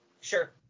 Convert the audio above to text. Sure